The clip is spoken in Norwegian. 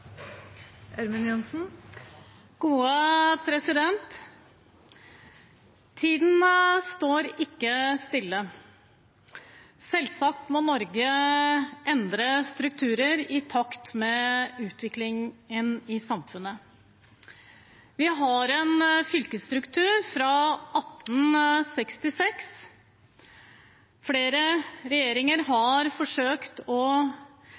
Tiden står ikke stille. Selvsagt må Norge endre strukturer i takt med utviklingen i samfunnet. Vi har en fylkesstruktur fra 1866. Flere regjeringer har forsøkt å